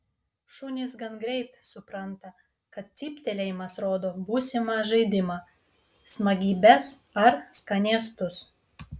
šunys gan greit supranta kad cyptelėjimas rodo būsimą žaidimą smagybes ar skanėstus